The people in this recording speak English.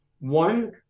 one